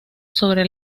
sobre